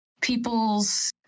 people's